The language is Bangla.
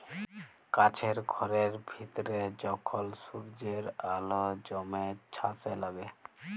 কাছের ঘরের ভিতরে যখল সূর্যের আল জ্যমে ছাসে লাগে